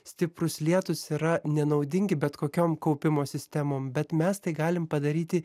stiprūs lietūs yra nenaudingi bet kokiom kaupimo sistemom bet mes tai galim padaryti